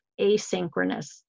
asynchronous